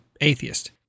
atheist